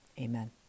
Amen